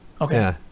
Okay